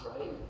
right